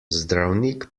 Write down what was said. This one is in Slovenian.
zdravnik